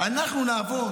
אבל זה לא נוח,